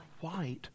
white